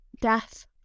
Death